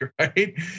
right